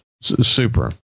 super